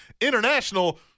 International